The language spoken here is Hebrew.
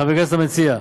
חבר הכנסת המציע,